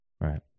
right